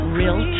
real